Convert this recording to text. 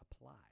apply